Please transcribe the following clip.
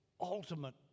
ultimate